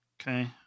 Okay